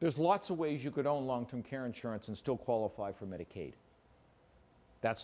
there's lots of ways you could own long term care insurance and still qualify for medicaid that's